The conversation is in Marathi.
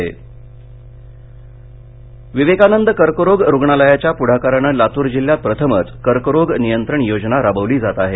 कर्करोग लातर विवेकानंद कर्करोग रुग्णालयाच्या पुढाकाराने लातूर जिल्ह्यात प्रथमच कर्करोग नियंत्रण योजना राबविली जात आहे